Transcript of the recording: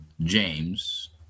James